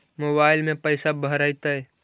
Mobile में पैसा भरैतैय?